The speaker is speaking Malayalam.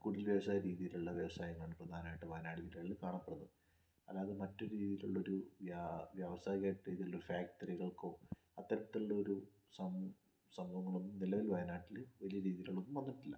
കുടിൽ വ്യവസായരീതിയിലുള്ള വ്യവസായങ്ങളാണ് പ്രധാനമായിട്ട് വയനാട് ജില്ലകളിൽ കാണപ്പെടുന്നത് അതായത് മറ്റൊരു രീതിയിലുള്ള ഒരു വ്യവസായികമായിട്ട് ഇതിലൊരു ഫാക്ടറികൾക്കോ അത്തരത്തിലുള്ളൊരു സമൂഹങ്ങളോ നിലവിൽ വയനാട്ടിൽ വലിയ രീതികളിൽ ഒന്നും വന്നിട്ടില്ല